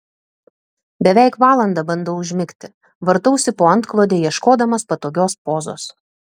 beveik valandą bandau užmigti vartausi po antklode ieškodamas patogios pozos